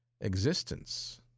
existence